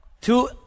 Two